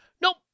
Nope